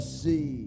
see